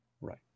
Right